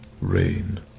rain